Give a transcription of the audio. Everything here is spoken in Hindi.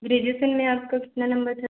ग्रेजयूसन मे आपका कितना नंबर था